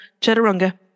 Chaturanga